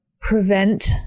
prevent